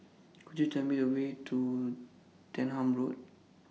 Could YOU Tell Me The Way to Denham Road